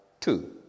two